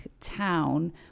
town